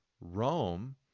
Rome